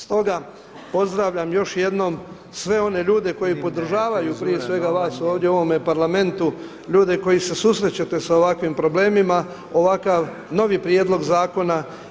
Stoga pozdravljam još jednom sve one ljude koji podržavaju prije svega vas ovdje u ovome Parlamentu, ljude koji se susrećete sa ovakvim problemima, ovakav novi prijedlog zakona.